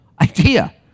idea